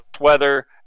weather